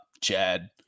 Chad